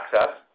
access